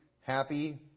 happy